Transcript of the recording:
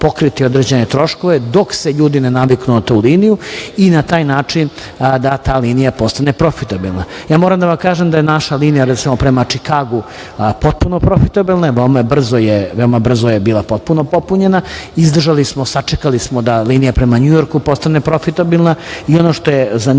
ćemo pokriti određene troškove dok se ljudi ne naviknu na tu liniju i na taj način da ta linija postane profitabilna. Moram da vam kažem da je naša linija, recimo, prema Čikagu potpuno profitabilna, veoma brzo je bila potpuno popunjena, izdržali smo, sačekali smo da linija prema Njujorku postane profitabilna i, ono što je zanimljivo